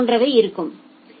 போன்றவை இருக்கவேண்டும்